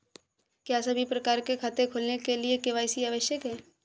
क्या सभी प्रकार के खाते खोलने के लिए के.वाई.सी आवश्यक है?